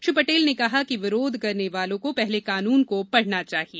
श्री पटेल ने कहा कि विरोध करने वालों को पहले कानून को पढ़ना चाहिए